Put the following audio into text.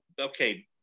okay